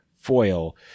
foil